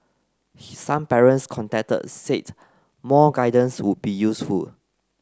some parents contacted said more guidance would be useful